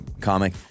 comic